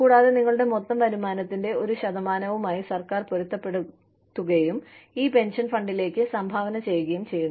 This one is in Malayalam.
കൂടാതെ നിങ്ങളുടെ മൊത്തം വരുമാനത്തിന്റെ ഒരു ശതമാനവുമായി സർക്കാർ പൊരുത്തപ്പെടുത്തുകയും ഈ പെൻഷൻ ഫണ്ടിലേക്ക് സംഭാവന ചെയ്യുകയും ചെയ്യുന്നു